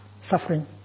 suffering